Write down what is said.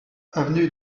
avenue